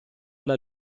alla